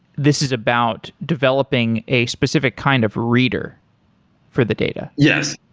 this is about developing a specific kind of reader for the data yes,